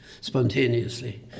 spontaneously